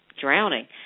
drowning